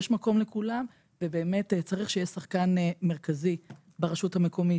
יש מקום לכולם ובאמת צריך שיהיה שחקן מרכזי ברשות המקומית,